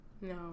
No